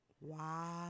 Wow